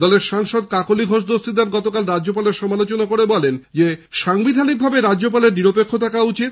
দলের সাংসদ কাকলী ঘোষ দস্তিদার গতকাল রাজ্যপালের সমালোচনা করে বলেন সাংবিধানীকভাবে রাজ্যপালের নিরপেক্ষ থাকা উচিত